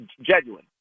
genuine